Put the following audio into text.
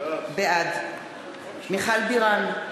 בעד מיכל בירן,